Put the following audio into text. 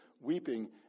weeping